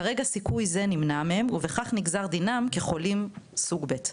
כעת סיכוי זה נגזר מהם ונגזר דינם כחולים סוג ב',